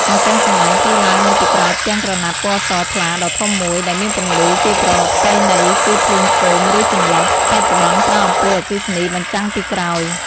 ឯការសម្ដែងធ្វើឡើងនៅពីក្រោយផ្ទាំងក្រណាត់ពណ៌សថ្លាដ៏ធំមួយ ដែលមានពន្លឺ ជាប្រពៃណីគឺភ្លើងគោម ឬចន្លុះ បច្ចុប្បន្នប្រើអំពូលអគ្គិសនី បញ្ចាំងពីក្រោយ ។